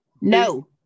No